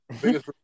Biggest